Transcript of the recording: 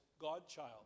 godchild